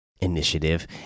Initiative